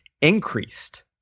increased